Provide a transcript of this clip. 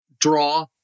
draw